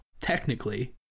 technically